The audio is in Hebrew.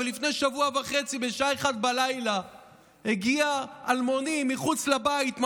אבל לפני שבוע וחצי בשעה 01:00 הגיע אלמוני מחוץ לבית,